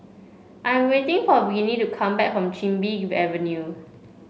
I'm waiting for Viney to come back from Chin Bee Avenue